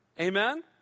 Amen